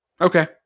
Okay